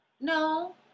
no